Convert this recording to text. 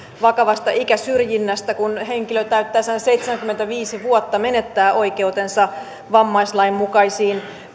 vakavasta ikäsyrjinnästä kun henkilö täyttäessään seitsemänkymmentäviisi vuotta menettää oikeutensa vammaislain mukaisiin